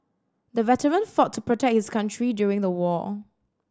the veteran fought to protect his country during the war